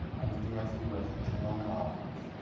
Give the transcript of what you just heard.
i was dancing with jerome robbins,